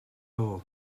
all